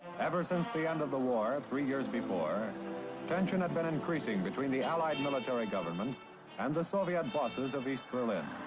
ever since the end of the war three years before tension had been increasing between the allied military government and the soviet bosses of east berlin.